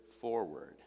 forward